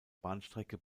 bahnstrecke